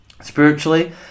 Spiritually